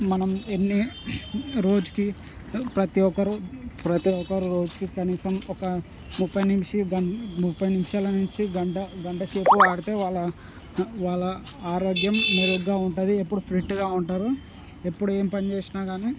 మనం ఎన్ని రోజుకి ప్రతి ఒక్కరు ప్రతి ఒక్కరు రోజుకి కనీసం ఒక ముప్పై నుంచి గం ముప్పై నిమిషాల నుంచి గంట గంట సేపు ఆడితే వాళ్ళ వాళ్ళ ఆరోగ్యం మెరుగ్గా ఉంటుంది ఎప్పుడు ఫిట్గా ఉంటారు ఎప్పుడు ఏం పని చేసినా కాని